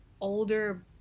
older